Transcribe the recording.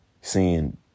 Seeing